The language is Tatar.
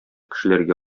кешеләргә